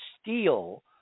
steal